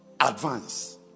advance